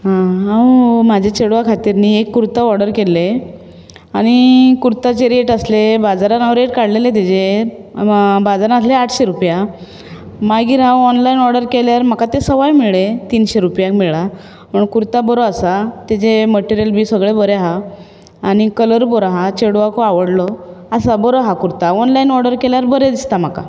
हांव म्हज्या चेडवा खातीर न्ही एक कुर्ता ऑर्डर केल्ले आनी कुर्ताची रेट आसले बाजारांत हांवे रेट काडलेली तेची बाजारांत आसले आठशीं रूपयां मागीर हांव ऑनलायन ऑर्डर केल्यार म्हाका ते सवाय मेळ्ळे तिनशें रूपयांक मेळ्ळां पण कुर्ता बरो आसा तेचे मटेरीयल बीन सगळें बरें आसा आनी कलर बरो आसा चेडवाकूय आवडलो आसा बरो आसा कुर्ता ऑनलायन ऑर्डर केल्यार बरें दिसता म्हाका